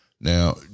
Now